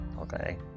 Okay